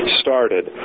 started